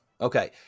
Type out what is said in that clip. Okay